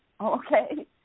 Okay